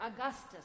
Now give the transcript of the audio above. Augustus